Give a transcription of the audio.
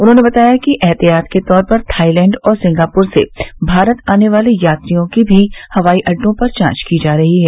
उन्होंने बताया कि एहतियात के तौर पर थाईलैण्ड और सिंगापुर से भारत आने वाले यात्रियों की भी हवाई अड्डों पर जांच की जा रही है